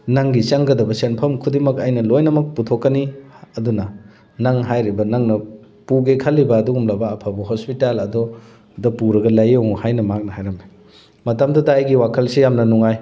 ꯅꯪꯒꯤ ꯆꯪꯒꯗꯕ ꯁꯦꯟꯐꯝ ꯈꯨꯗꯤꯡꯃꯛ ꯑꯩꯅ ꯂꯣꯏꯅꯃꯛ ꯄꯨꯊꯣꯛꯀꯅꯤ ꯑꯗꯨꯅ ꯅꯪ ꯍꯥꯏꯔꯤꯕ ꯅꯪꯅ ꯄꯨꯒꯦ ꯈꯜꯂꯤꯕ ꯑꯗꯨꯒꯨꯝꯂꯕ ꯑꯐꯕ ꯍꯣꯁꯄꯤꯇꯥꯜ ꯑꯗꯨꯗ ꯄꯨꯔꯒ ꯂꯥꯏꯌꯦꯡꯉꯨ ꯍꯥꯏꯅ ꯃꯍꯥꯛꯅ ꯍꯥꯏꯔꯝꯃꯤ ꯃꯇꯝꯗꯨꯗ ꯑꯩꯒꯤ ꯋꯥꯈꯜꯁꯤ ꯌꯥꯝꯅ ꯅꯨꯡꯉꯥꯏ